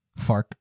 FARC